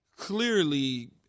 Clearly